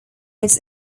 its